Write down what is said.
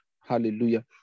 Hallelujah